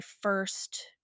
first